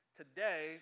today